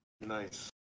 Nice